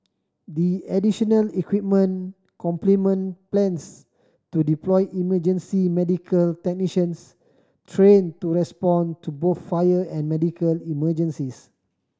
the additional equipment complement plans to deploy emergency medical technicians trained to respond to both fire and medical emergencies